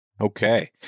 Okay